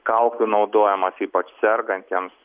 kaukių naudojimas ypač sergantiems